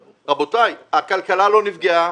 רבותיי, הכלכלה לא נפגעה,